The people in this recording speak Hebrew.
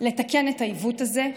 לתקן את העיוות הזה.